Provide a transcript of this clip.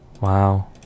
Wow